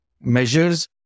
measures